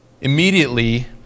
Immediately